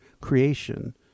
creation